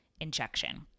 injection